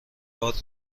غار